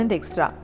Extra